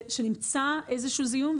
שנמצא איזשהו זיהום.